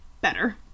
better